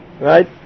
Right